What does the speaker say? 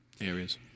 areas